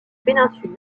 péninsule